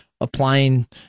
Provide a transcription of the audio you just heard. Applying